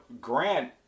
Grant